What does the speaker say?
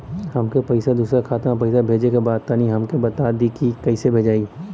हमके दूसरा खाता में पैसा भेजे के बा तनि हमके बता देती की कइसे भेजाई?